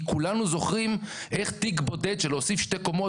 כי כולנו זוכרים איך תיק בודד של להוסיף שתי קומות,